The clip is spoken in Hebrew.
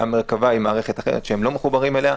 והמרכבה היא מערכת אחרת שהם לא מחוברים אליה.